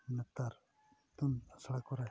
ᱱᱮᱛᱟᱨ ᱤᱛᱩᱱ ᱟᱥᱲᱟ ᱠᱚᱨᱮ